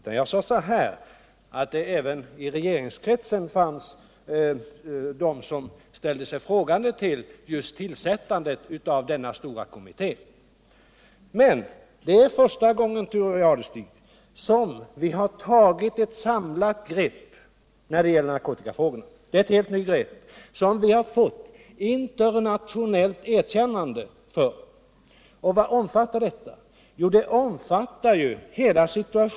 Vad jag sade var att det även inom regeringskretsen fanns de som ifrågasatte tillsättandet av denna stora kommitté. Det är emellertid, Thure Jadestig, första gången som ett samlat grepp har tagits när det gäller narkotikafrågorna. Regeringen har här tagit ett helt nytt grepp, och vi har fått internationellt erkännande för detta. Propositionen omfattar hela problemområdet när det gäller narkotikamissbruket.